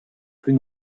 plus